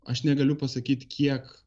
aš negaliu pasakyti kiek